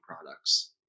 products